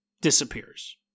disappears